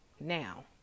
now